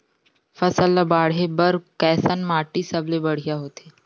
फसल ला बाढ़े बर कैसन माटी सबले बढ़िया होथे?